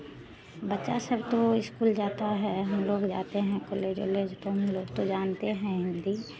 बच्चा सब तो इस्कूल जाता है हम लोग जाते हैं कॉलेज ऑलेज तो हम लोग तो जानते हैं हिन्दी